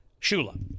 Shula